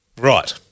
Right